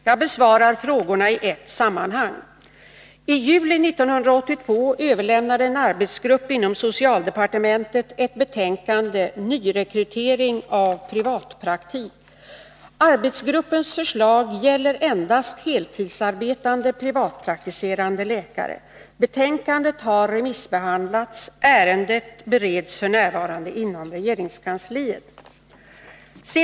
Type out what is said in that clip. Jag besvarar frågorna i ett sammanhang. I juli 1982 överlämnade en arbetsgrupp inom socialdepartementet ett betänkande Nyrekrytering av privatläkare . Arbetsgruppens förslag gäller endast heltidsarbetande privatpraktiserande läkare. Betänkandet har remissbehandlats. Ärendet bereds f. n. inom regeringskansliet.